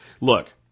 Look